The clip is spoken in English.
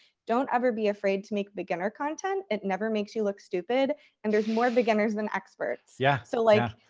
don't ever be afraid to make beginner content. it never makes you look stupid. and there's more beginners than experts. yeah so like,